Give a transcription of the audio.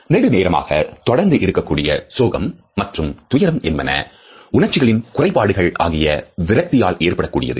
நெடு நேரமாக தொடர்ந்து இருக்கக்கூடிய சோகம் மற்றும் துயரம் என்பன உணர்ச்சிகளின் குறைபாடுகள் ஆகிய விரக்தியால் ஏற்படக்கூடியது